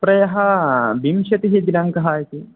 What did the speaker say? प्रायः विंशतिः दिनाङ्कः इति